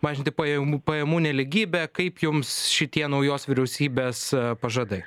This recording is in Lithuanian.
mažinti pajamų pajamų nelygybę kaip jums šitie naujos vyriausybės pažadai